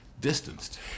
distanced